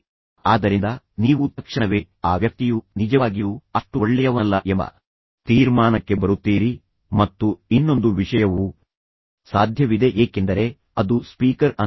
ಆದ್ದರಿಂದ ನೀವು ತಕ್ಷಣವೇ ಆ ವ್ಯಕ್ತಿಯು ನಿಜವಾಗಿಯೂ ಅಷ್ಟು ಒಳ್ಳೆಯವನಲ್ಲ ಎಂಬ ತೀರ್ಮಾನಕ್ಕೆ ಬರುತ್ತೀರಿ ಮತ್ತು ಇನ್ನೊಂದು ವಿಷಯವೂ ಸಾಧ್ಯವಿದೆ ಏಕೆಂದರೆ ಅತ್ಯುತ್ತಮ ಶಿಕ್ಷಕ ಪ್ರಶಸ್ತಿಯನ್ನು ಯಾರಾದರೂ ಗೆಲ್ಲಲಿಲ್ಲ ಎಂದರೆ